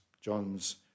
John's